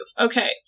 Okay